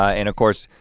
ah and of course,